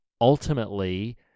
ultimately